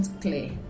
clear